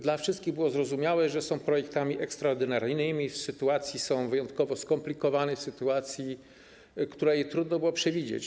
Dla wszystkich było zrozumiałe, że są projektami ekstraordynaryjnymi w wyjątkowo skomplikowanej sytuacji, którą trudno było przewidzieć.